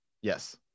Yes